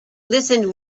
listened